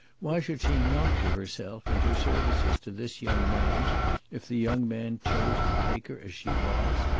why should she not give herself and her services to this young man if the young man chose to take her as she was?